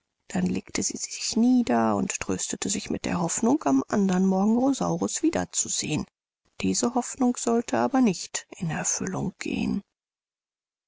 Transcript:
dann legte sie sich nieder und tröstete sich mit der hoffnung am andern morgen rosaurus wieder zu sehen diese hoffnung sollte aber nicht in erfüllung gehen